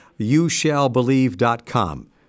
youshallbelieve.com